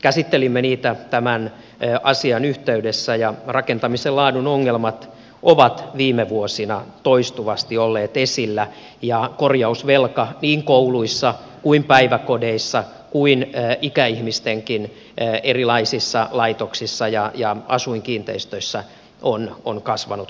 käsittelimme niitä tämän asian yhteydessä ja rakentamisen laadun ongelmat ovat viime vuosina toistuvasti olleet esillä ja korjausvelka niin kouluissa kuin päiväkodeissa kuin erilaisissa ikäihmisten laitoksissa ja asuinkiinteistöissä on kasvanut koko ajan